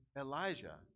Elijah